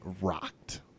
rocked